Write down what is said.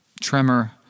tremor